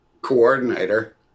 coordinator